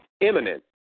imminent